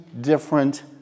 different